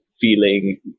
feeling